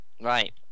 Right